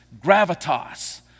gravitas